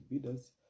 bidders